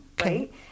right